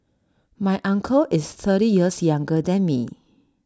my uncle is thirty years younger than me